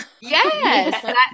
Yes